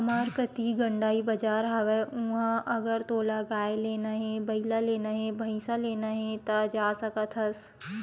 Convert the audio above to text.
हमर कती गंड़ई बजार हवय उहाँ अगर तोला गाय लेना हे, बइला लेना हे, भइसा लेना हे ता जा सकत हस